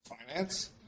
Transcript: finance